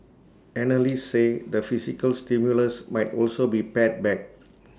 analysts say the fiscal stimulus might also be pared back